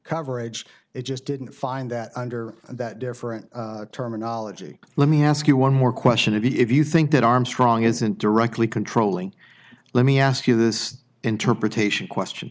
coverage it just didn't find that under that different terminology let me ask you one more question to be if you think that armstrong isn't directly controlling let me ask you this interpretation question